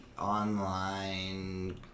online